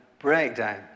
breakdown